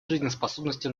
жизнеспособности